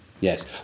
Yes